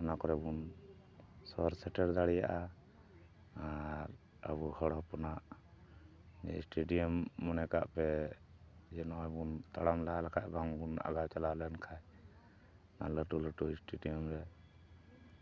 ᱚᱱᱟ ᱠᱚᱨᱮ ᱵᱚᱱ ᱥᱚᱦᱚᱨ ᱥᱮᱴᱮᱨ ᱫᱟᱲᱮᱭᱟᱜᱼᱟ ᱟᱨ ᱟᱵᱚ ᱦᱚᱲ ᱦᱚᱯᱚᱱᱟᱜ ᱥᱴᱮᱰᱤᱭᱟᱢ ᱢᱚᱱᱮ ᱠᱟᱜ ᱯᱮ ᱡᱮ ᱱᱚᱜᱼᱚᱭ ᱵᱚᱱ ᱛᱟᱲᱟᱢ ᱞᱟᱦᱟ ᱞᱮᱠᱷᱟᱱ ᱵᱟᱝᱵᱚᱱ ᱟᱜᱟᱣ ᱪᱟᱞᱟᱣ ᱞᱮᱱᱠᱷᱟᱱ ᱞᱟᱹᱴᱩ ᱞᱟᱹᱴᱩ ᱥᱴᱮᱰᱤᱭᱟᱢ ᱨᱮ